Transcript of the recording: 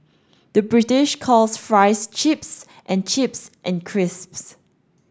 the British calls fries chips and chips and crisps